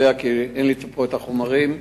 כי אין לי פה את החומרים.